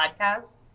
podcast